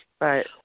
Right